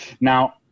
Now